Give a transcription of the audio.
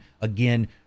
again